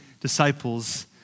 disciples